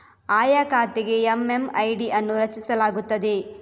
ಆಯಾ ಖಾತೆಗೆ ಎಮ್.ಎಮ್.ಐ.ಡಿ ಅನ್ನು ರಚಿಸಲಾಗುತ್ತದೆ